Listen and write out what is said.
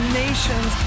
nations